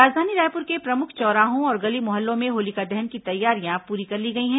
राजधानी रायपुर के प्रमुख चौराहों और गली मोहल्लों में होलिका दहन की तैयारियां पूरी कर ली गई हैं